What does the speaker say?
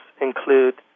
include